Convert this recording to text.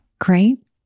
great